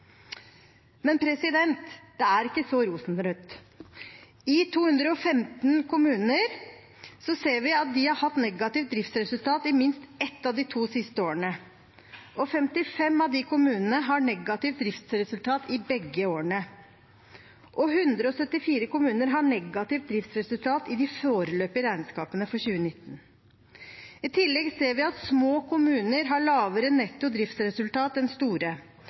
det. Men det er ikke så rosenrødt. I 215 kommuner ser vi at de har hatt negativt driftsresultat i minst ett av de to siste årene. 55 av de kommunene har negativt driftsresultat i begge årene, og 174 kommuner har negativt driftsresultat i de foreløpige regnskapene for 2019. I tillegg ser vi at små kommuner har lavere netto driftsresultat enn store.